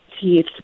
teeth